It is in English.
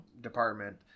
department